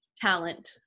Talent